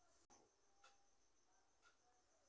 नांगराचा उपयोग शेतीमध्ये होतो का?